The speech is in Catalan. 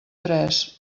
tres